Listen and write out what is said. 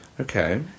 okay